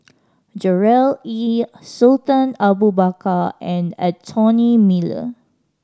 Gerard Ee Sultan Abu Bakar and Anthony Miller